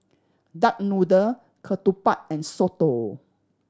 duck noodle ketupat and soto